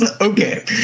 okay